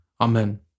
Amen